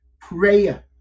Prayer